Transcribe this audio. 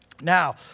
Now